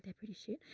pretty shit.